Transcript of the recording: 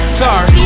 sorry